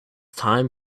time